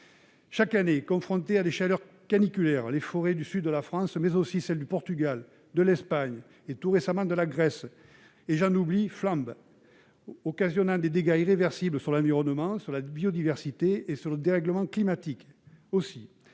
Chaque année, confrontées à des chaleurs caniculaires, les forêts du sud de la France, mais aussi celles du Portugal, de l'Espagne et, tout récemment, de la Grèce - et j'en oublie -flambent, ce qui occasionne des dégâts irréversibles sur l'environnement, la biodiversité et le dérèglement climatique. Aussi,